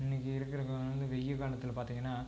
இன்றைக்கி இருக்கிற காலத்தில் வெயல் காலத்தில் பார்த்திங்கன்னா